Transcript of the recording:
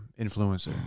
influencer